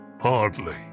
Hardly